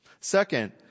Second